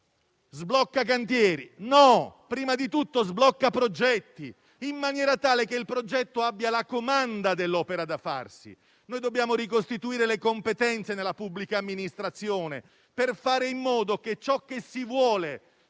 Sblocca cantieri? No! Prima di tutto serve uno sblocca progetti, in maniera tale che il progetto abbia la comanda dell'opera da farsi. Dobbiamo ricostituire le competenze nella pubblica amministrazione, per fare in modo che ciò che si vuole